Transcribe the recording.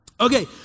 Okay